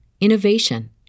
innovation